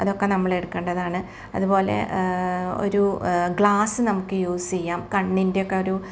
അതൊക്കെ നമ്മൾ എടുക്കേണ്ടതാണ് അതുപോലെ ഒരു ഗ്ലാസ്സ് നമുക്ക് യൂസ് ചെയ്യാം കണ്ണിൻ്റെ ഒക്കെ ഒരു